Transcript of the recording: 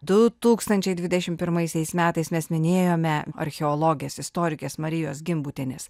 du tūkstančiai dvidešim pirmaisiais metais mes minėjome archeologės istorikės marijos gimbutienės